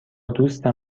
دوستم